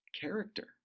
character